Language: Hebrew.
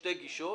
שתי גישות